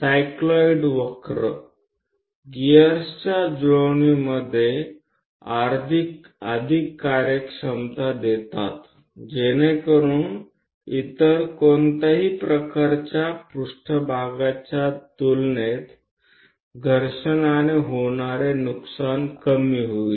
cycloid વક્ર ગિયર્સના જોડાણના સંદર્ભમાં ઉત્તમ કાર્યક્ષમતા આપે છે જેથી ઘર્ષણ વ્યય એ બીજા કોઈ પ્રકારની જોડાતી સપાટીઓની સરખામણીમાં ઓછું હશે